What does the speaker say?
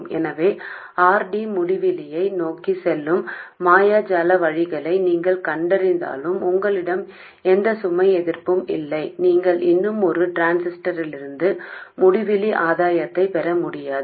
எனவே R D முடிவிலியை நோக்கிச் செல்லும் மாயாஜால வழிகளை நீங்கள் கண்டறிந்தாலும் உங்களிடம் எந்த சுமை எதிர்ப்பும் இல்லை நீங்கள் இன்னும் ஒரு டிரான்சிஸ்டரிலிருந்து முடிவிலி ஆதாயத்தைப் பெற முடியாது